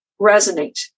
resonate